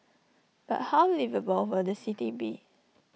but how liveable will the city be